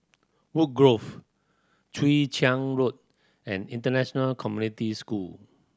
Woodgrove Chwee Chian Road and International Community School